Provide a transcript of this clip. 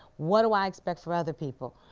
what do i expect for other people?